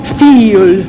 feel